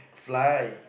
fly